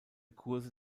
kurse